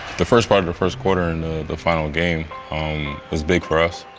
the first part of the first quarter in the final game um was big for us.